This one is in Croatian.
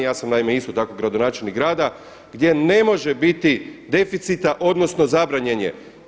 Ja sam naime isto tako gradonačelnik grada, gdje ne može biti deficita odnosno zabranjen je.